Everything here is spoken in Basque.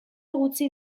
gutxi